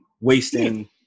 wasting